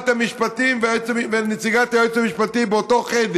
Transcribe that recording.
המשפטים ונציגת היועץ המשפטי באותו חדר?